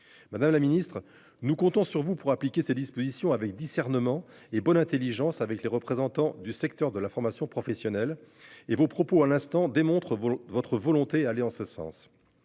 Madame la ministre, nous comptons sur vous pour appliquer ces dispositions avec discernement et bonne Intelligence avec les représentants du secteur de la formation professionnelle et vos propos à l'instant démontre votre volonté aller en ce sens.